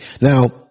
Now